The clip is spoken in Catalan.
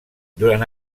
durant